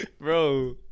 bro